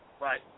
right